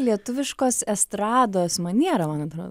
lietuviškos estrados maniera man atrodo